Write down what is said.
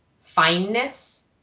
fineness